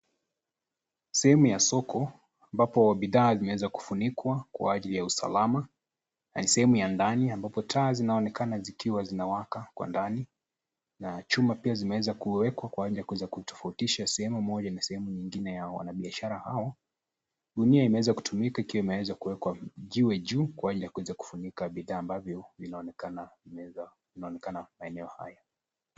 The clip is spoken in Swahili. Sehemu ya soko ambapo bidhaa vinaweza kufunikwa kwa ajili ya uslama. Sehemu ya ndani ambapo taa zinaonekana zikiwa zimewaka kwa ndani, na chuma pia zimeweza kuwekwa kwa ajili ya kuweza kutofautisha sehemu moja na nyingine ya wanabiashara hao. Gunia imeweza kutumika ikiwa imeweza kuwekwa jiwe juu kwa ajili ya kuweza kufunika bidhaa ambavyo vinaonekana kwa maeneo hayo.